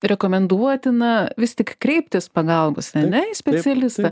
rekomenduotina vis tik kreiptis pagalbos ar ne į specialistą